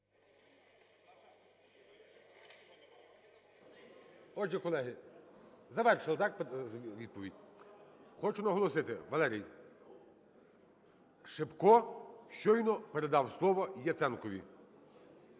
Отже, колеги, завершили, так, я розумію, відповідь. Хочу наголосити, Валерій, Шипко щойно передав слово Яценкові.